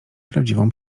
prawdziwą